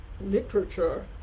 literature